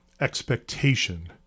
expectation